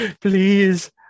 please